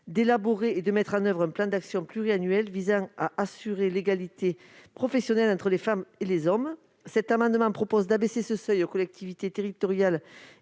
d'élaborer et de mettre en oeuvre un plan d'action pluriannuel visant à assurer l'égalité professionnelle entre les femmes et les hommes. Les auteurs de cet amendement proposent d'abaisser ce seuil aux collectivités territoriales